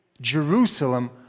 Jerusalem